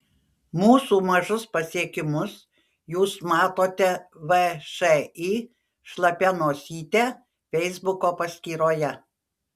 mūsų mažus pasiekimus jūs matote všį šlapia nosytė feisbuko paskyroje